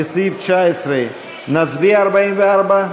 לסעיף 19, נצביע על הסתייגות 44?